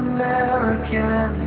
American